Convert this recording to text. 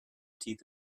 teeth